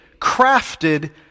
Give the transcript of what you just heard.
crafted